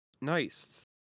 Nice